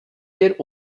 wir